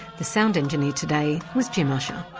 the sound engineer today was jim ussher.